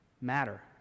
matter